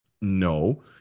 No